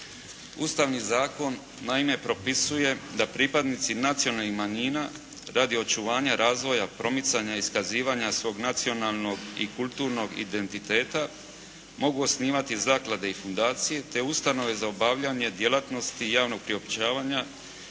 Ustavni zakon naime propisuje da pripadnici nacionalnih manjina radi očuvanja, razvoja, promicanja i iskazivanja svog nacionalnog i kulturnog identiteta mogu osnivati zaklade i fundacije te ustanove za obavljanje djelatnosti javnog priopćavanja,